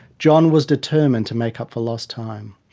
john was determined to make up for lost time.